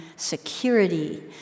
security